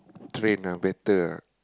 train ah better ah